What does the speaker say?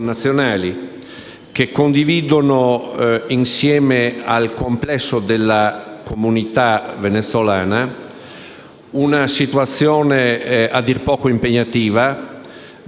Un pensiero di grande solidarietà cerchiamo di nutrire con la concretezza, proprio sulla base di una convincente iniziativa politica.